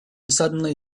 suddenly